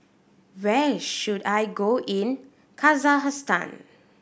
where should I go in Kazakhstan